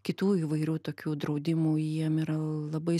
kitų įvairių tokių draudimų jiem yra labai